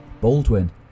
Baldwin